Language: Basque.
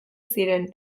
ziren